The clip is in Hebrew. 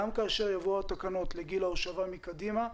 גם כאשר יבואו התקנות באשר לגיל ההושבה מקדימה,